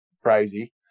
crazy